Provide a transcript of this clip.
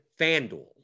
FanDuel